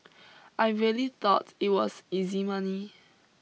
I really thought it was easy money